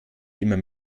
immer